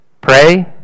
Pray